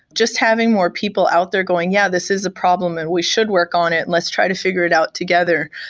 just having more people out there going, yeah, this is a problem and we should work on it. let's try to figure it out together,